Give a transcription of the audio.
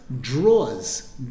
draws